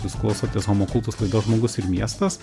jūs klausotės homo kultus laidos žmogus ir miestas